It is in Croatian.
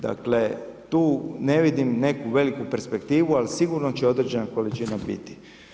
Dakle, tu ne vidim neku veliku perspektivu ali sigurno će određenih količina biti.